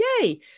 Yay